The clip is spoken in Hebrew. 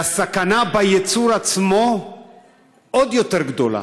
והסכנה בייצור עצמו עוד יותר גדולה.